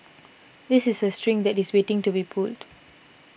this is a string that is waiting to be pulled